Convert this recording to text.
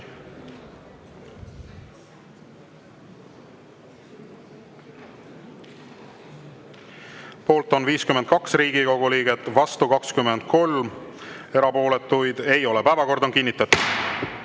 Poolt on 52 Riigikogu liiget, vastu 23, erapooletuid ei ole. Päevakord on kinnitatud. Ja